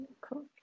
Cool